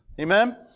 Amen